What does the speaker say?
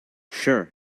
sure